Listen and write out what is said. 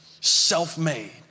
self-made